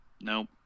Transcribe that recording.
Nope